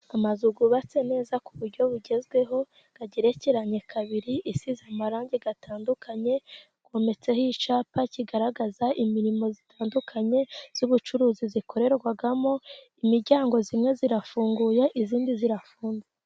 Amazu yubatse neza ku buryo bugezweho, agerekeranye kabiri asize amarangi atandukanye, yometseho icyapa kigaragaza imirimo itandukanye y'ubucuruzi ikorerwamo, imiryango imwe irafunguye iyindi irafunze.